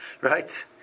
right